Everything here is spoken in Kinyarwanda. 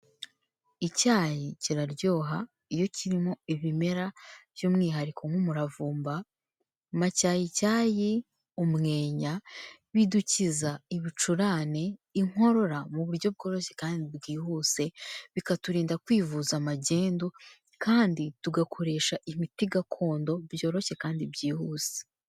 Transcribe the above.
Icyayi kiraryoha, iyo kirimo ibimera by'umwihariko nk'umuravumba, macyayicyayi, umwenya, bidukiza ibicurane, inkorora, mu buryo bworoshye kandi bwihuse, bikaturinda kwivuza magendu kandi tugakoresha imiti gakondo byoroshye kandi byihuse.